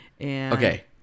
Okay